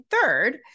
third